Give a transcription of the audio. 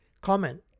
comment